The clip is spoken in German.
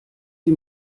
sie